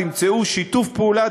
תמצאו שיתוף פעולה,